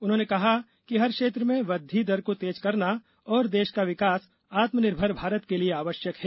उन्होंने कहा कि हर क्षेत्र में वृद्धि दर को तेज करना और देश का विकास आत्मनिर्भर भारत के लिए आवश्यक है